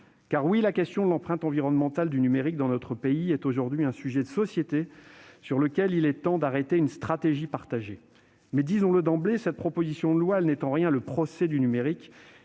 Oui, la question de l'empreinte environnementale du numérique dans notre pays est aujourd'hui un sujet de société sur lequel il est de temps d'arrêter une stratégie partagée. Mais, disons-le d'emblée, cette proposition de loi n'est en rien le procès du numérique